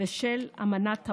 ושל אמנת האו"ם.